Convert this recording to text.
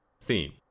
theme